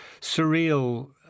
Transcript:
surreal